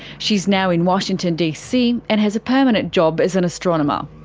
she's now in washington dc and has a permanent job as an astronomer.